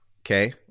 okay